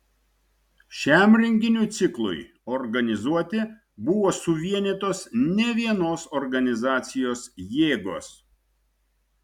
šiam renginių ciklui organizuoti buvo suvienytos nevienos organizacijos jėgos